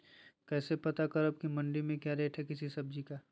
कैसे पता करब की मंडी में क्या रेट है किसी सब्जी का?